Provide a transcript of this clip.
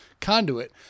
conduit